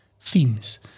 themes